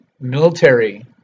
military